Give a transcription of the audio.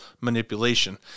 manipulation